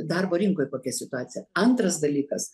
darbo rinkoj kokia situacija antras dalykas